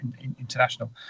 international